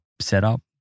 setup